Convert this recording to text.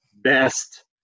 best